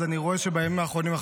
אז אני רואה שבימים האחרונים אנחנו